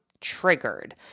triggered